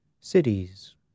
cities